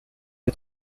est